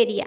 area